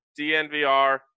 DNVR